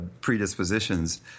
predispositions